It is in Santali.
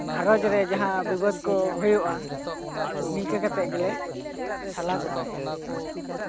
ᱜᱷᱟᱨᱚᱸᱡᱽ ᱨᱮ ᱡᱟᱦᱟᱸ ᱵᱤᱵᱳᱫᱷ ᱠᱚ ᱦᱩᱭᱩᱜᱼᱟ ᱱᱤᱠᱟ ᱠᱟᱛᱮᱜ ᱜᱮᱞᱮ ᱥᱟᱞᱟᱜ ᱜᱚᱴᱟᱭᱟ